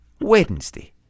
Wednesday